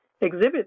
exhibit